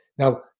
Now